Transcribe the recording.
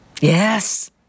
Yes